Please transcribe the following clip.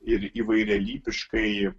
ir įvairialypiškumai